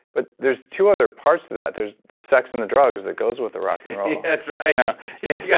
but there's two other parts to that. there's the sex and the drugs that goes with the rock and roll that's right you know yeah yeah